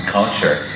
culture